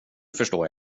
förstår